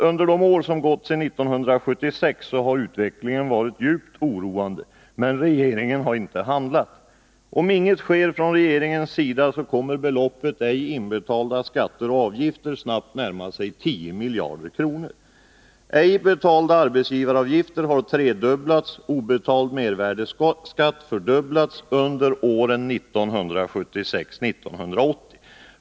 Under de år som gått sedan 1976 har utvecklingen varit djupt oroande, men regeringen har inte handlat. Om inga åtgärder vidtas från regeringens sida kommer beloppet obetalda skatter och avgifter snabbt att närma sig 10 miljarder kronor. Ej betalda arbetsgivaravgifter har tredubblats, och obetald mervärdeskatt har fördubblats under åren 1976-1980.